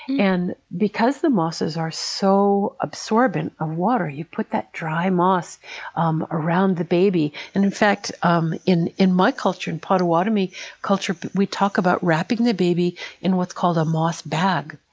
and because the mosses are so absorbent of water, you put that dry moss um around the baby, in in fact, um in in my culture, in potawatomi culture, but we talk about wrapping the baby in what's called a moss bag.